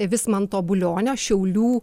vismanto bulionio šiaulių